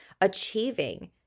achieving